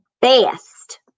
best